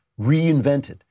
reinvented